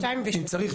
אם צריך,